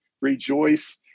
rejoice